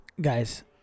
Guys